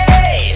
Hey